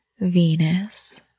Venus